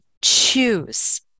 choose